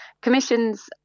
commissions